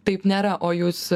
taip nėra o jūs